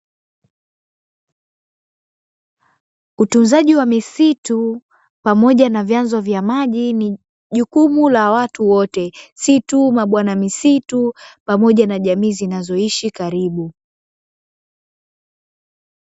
Utunzaji wa misitu pamoja na vyanzo vya maji ni jukumu la watu wote, si tu mabwana misitu pamoja na jamii zinazoishi karibu.